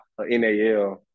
NAL